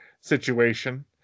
situation